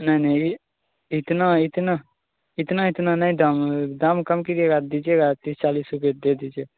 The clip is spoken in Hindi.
नहीं नहीं ये इतना इतना इतना इतना नहीं दाम दाम कम कीजिएग दीजिएगा तीस चालीस रुपए दे दीजिए